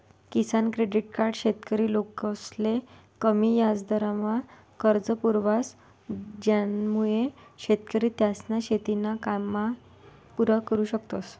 किसान credit card शेतकरी लोकसले कमी याजदरमा कर्ज पुरावस ज्यानामुये शेतकरी त्यासना शेतीना कामे पुरा करु शकतस